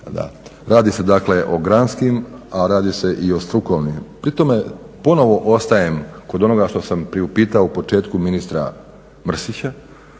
Radi se dakle o granskim a radi se i o strukovnim. Pri tome ponovo ostajem kod onoga što sam priupitao u početku ministra Mrsića